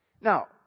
Now